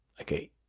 okay